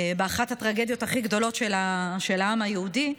באחת הטרגדיות הכי גדולות של העם היהודי,